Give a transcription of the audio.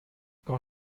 quand